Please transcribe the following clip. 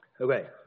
okay